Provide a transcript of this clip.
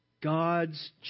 God's